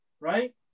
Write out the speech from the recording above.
right